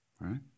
Right